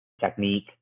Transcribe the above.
technique